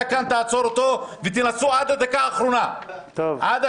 תעצור אותו כאן ותנסו עד הדקה האחרונה למשוך